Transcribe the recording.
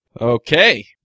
Okay